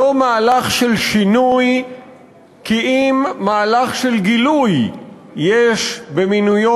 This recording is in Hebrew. לא מהלך של שינוי כי אם מהלך של גילוי יש במינויו